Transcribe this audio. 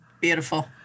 beautiful